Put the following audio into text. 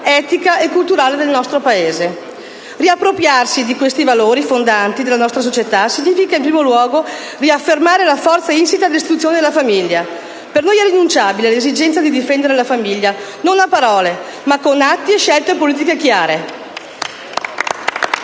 etica e culturale del nostro Paese. Riappropriarsi di questi valori fondanti della nostra società significa in primo luogo riaffermare la forza insita nell'istituzione della famiglia. Per noi è irrinunciabile l'esigenza di difendere la famiglia non a parole, ma con atti e scelte politiche chiare.